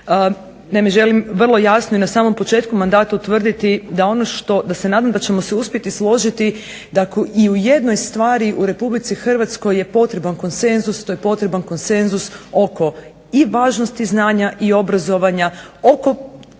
Naime, želim vrlo jasno i na samom početku mandata utvrditi, da ono što, da se nadam da ćemo se uspjeti složiti da i u jednoj stvari u Republici Hrvatskoj je potreban konsenzus, to je potreban konsenzus oko i važnosti znanja i obrazovanja, oko